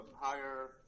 higher